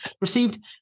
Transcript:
received